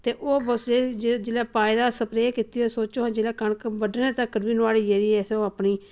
ते ओह् बस एह् ही जेल्लै पाए दा स्प्रे कीती सोचो हां जेल्लै कनक बड्ढने तक्कर बी नुआढ़ी जेह्ड़ी ऐ ओह् अपनी